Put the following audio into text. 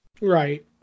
Right